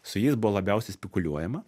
su jais buvo labiausiai spekuliuojama